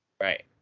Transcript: Right